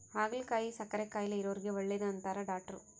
ಹಾಗಲಕಾಯಿ ಸಕ್ಕರೆ ಕಾಯಿಲೆ ಇರೊರಿಗೆ ಒಳ್ಳೆದು ಅಂತಾರ ಡಾಟ್ರು